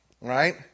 Right